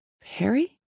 Perry